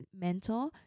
mentor